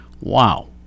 Wow